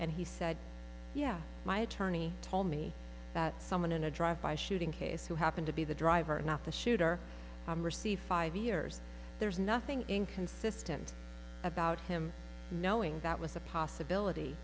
and he said yeah my attorney told me that someone in a drive by shooting case who happened to be the driver not the shooter i'm receive five years there's nothing inconsistent about him knowing that was a possibility